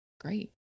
great